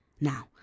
Now